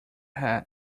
had